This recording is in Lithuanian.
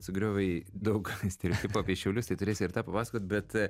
sugriovei daug stereotipų apie šiaulius tai turėsi ir tą papasakot bet